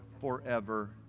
forever